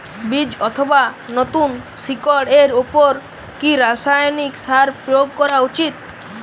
বীজ অথবা নতুন শিকড় এর উপর কি রাসায়ানিক সার প্রয়োগ করা উচিৎ?